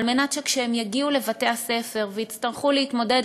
על מנת שכשהם יגיעו לבתי-הספר ויצטרכו להתמודד,